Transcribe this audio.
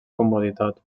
comoditat